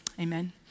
Amen